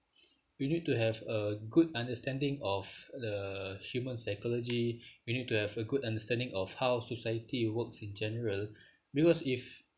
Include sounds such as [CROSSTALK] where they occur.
[BREATH] you need to have a good understanding of the human psychology [BREATH] you need to have a good understanding of how society works in general [BREATH] because if